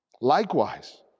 Likewise